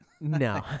No